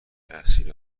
اصلی